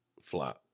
flat